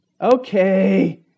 Okay